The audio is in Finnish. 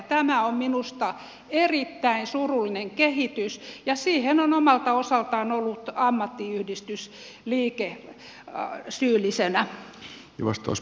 tämä on minusta erittäin surullinen kehitys ja siihen on omalta osaltaan ollut ammattiyhdistysliike syyllisenä